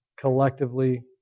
collectively